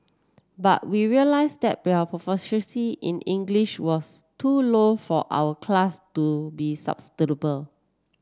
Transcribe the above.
but we realised that their proficiency in English was too low for our class to be sustainable